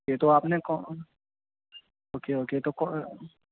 یہ تو آپ نے کون اوکے اوکے تو کون